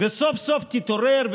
וסוף-סוף תתעורר,